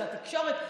על התקשורת,